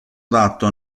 adatto